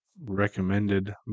recommended